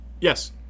Yes